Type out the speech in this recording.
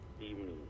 evening